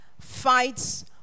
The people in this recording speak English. fights